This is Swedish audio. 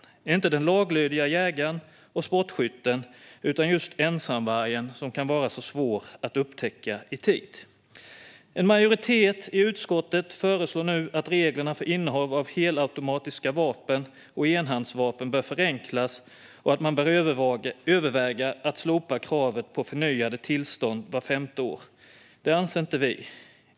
Det är inte fråga om den laglydiga jägaren eller sportskytten utan just ensamvargen som kan vara så svår att upptäcka i tid. En majoritet i utskottet föreslår nu att reglerna för innehav av helautomatiska vapen och enhandsvapen ska förenklas och att man bör överväga att slopa kravet på förnyade tillstånd vart femte år. Det anser inte vi.